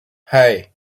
hey